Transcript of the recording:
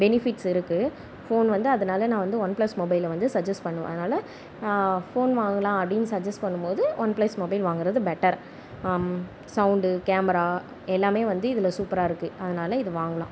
benefits இருக்குது phone வந்து அதனால் நான் வந்து ஒன் பிளஸ் மொபைல் வந்து சஜ்ஜஸ் பண்ணுவேன் அதனால் நான் ஃபோன் வாங்கலாம் அப்படின்னு சஜ்ஜஸ் பண்ணும் போது ஒன் பிளஸ் மொபைல் வாங்கறது பெட்டர் சவுண்ட் கேமரா எல்லாமே வந்து இதில் சூப்பராயிருக்கு அதனால் இது வாங்கலாம்